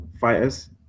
fighters